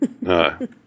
No